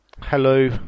Hello